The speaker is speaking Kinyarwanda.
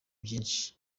byinshi